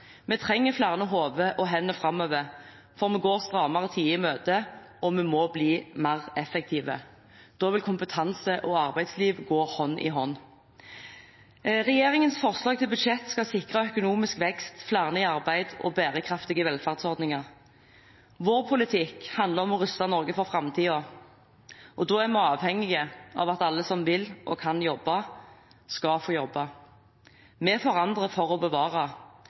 Vi trenger flere hoder og hender fremover, for vi går strammere tider i møte, og vi må bli mer effektive. Da vil kompetanse og arbeidsliv gå hånd i hånd. Regjeringens forslag til budsjett skal sikre økonomisk vekst, flere i arbeid og bærekraftige velferdsordninger. Vår politikk handler om å ruste Norge for framtiden. Da er vi avhengig av at alle som vil og kan jobbe, skal få jobbe. Vi forandrer for å bevare.